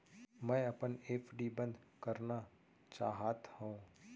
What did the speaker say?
मै अपन एफ.डी बंद करना चाहात हव